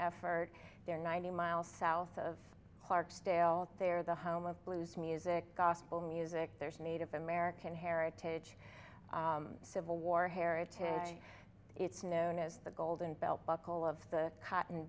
effort there ninety miles south of clarksdale they're the home of blues music gospel music there's a native american heritage civil war heritage it's known as the golden belt buckle of the cotton